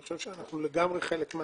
אני חושב שאנחנו לגמרי חלק מהסיפור.